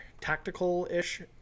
tactical-ish